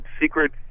Secret